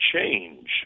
change